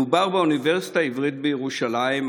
מדובר באוניברסיטה העברית בירושלים,